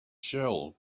shell